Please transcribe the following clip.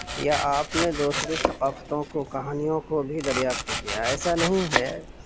یا آپ نے دوسرے ثقافتوں کو کہانیوں کو بھی دریافت کیا ہے ایسا نہیں ہے